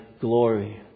glory